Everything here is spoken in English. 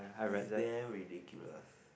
is there ridiculous